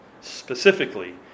specifically